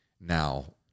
now